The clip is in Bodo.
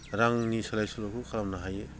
रांनि सोलायसोल'बो खालामनो हायो